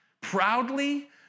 proudly